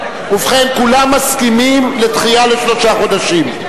ובכן, כולם מסכימים לדחייה לשלושה חודשים.